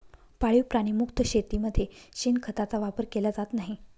पाळीव प्राणी मुक्त शेतीमध्ये शेणखताचा वापर केला जात नाही